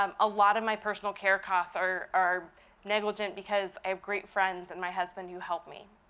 um a lot of my personal care costs are are negligent because i have great friends and my husband who help me.